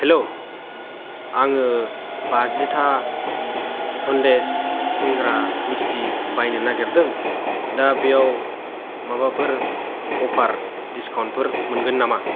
hello आङो बाजिथा सन्धेस सिंग्रा मिस्थि बायनो नागिरदों दा बियाव माबाफोर अफार दिसकाउन्ट फोर मोनगोन नामा